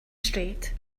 straight